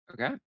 Okay